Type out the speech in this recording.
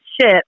ship